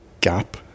gap